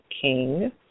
King